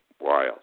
Wild